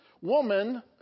woman